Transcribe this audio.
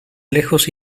lejos